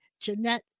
Jeanette